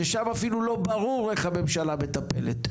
ששם אפילו לא ברור איך הממשלה מטפלת?